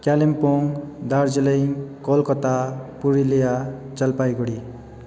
Kalimpong Darjeeling Kolkata Purulia Jalpaiguri